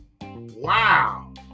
Wow